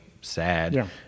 sad